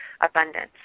abundance